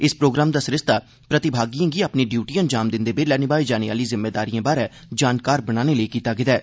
इस प्रोग्राम दा सरिस्ता प्रतिभागिएं गी अपनी ड्यूटी अंजाम दिंदे बेल्लै निभाई जाने आह्ली जिम्मेदारिएं बारै जानकार बनाने लेई कीता गेदा ऐ